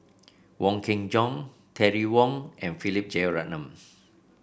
Wong Kin Jong Terry Wong and Philip Jeyaretnam